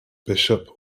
bishop